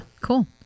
cool